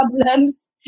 problems